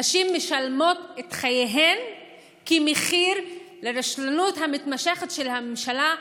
נשים משלמות בחייהן כמחיר על הרשלנות המתמשכת של הממשלה,